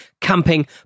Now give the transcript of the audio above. camping